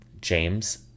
James